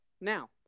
now